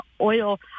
oil